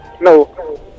No